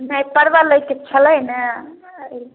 नहि परवल लैके छलै ने